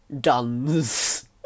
duns